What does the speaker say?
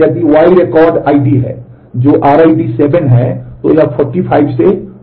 यदि Y record ID है जो RID 7 है तो यह 45 से Y बदल जाता है